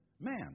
man